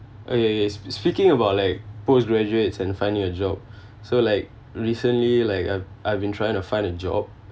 okay okay speaking about like post-graduates and finding a job so like recently like I’ve I've been trying to find a job